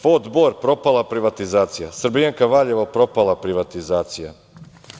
FOD Bor – propala privatizacija, „Srbijanka Valjevo“ propala privatizacija.